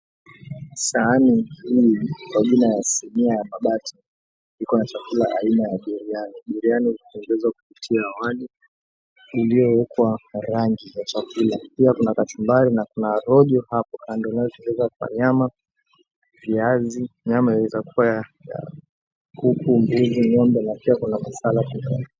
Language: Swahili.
Sahani hii kwa jina ya sinia ya mabati iko na chakula aina ya biriani. Biriani imetengenezwa kupitia wali uliyowekwa rangi ya chakula. Pia kuna kachumbari na kuna rojo hapo angalau huekwa kwa nyama, viazi. Nyama inaweza kuwa ya kuku mbili, ng'ombe na pia kuna masala kando yake.